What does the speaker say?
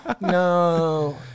no